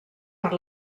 per